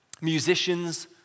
musicians